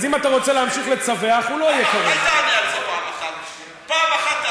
אני קוראת אותך לסדר פעם שנייה.